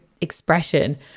expression